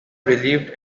relieved